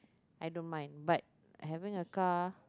I don't mind but I haven't a car